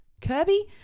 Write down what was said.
Kirby